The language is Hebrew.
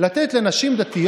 "ויתיצב מלאך ה'".